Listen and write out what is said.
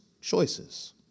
choices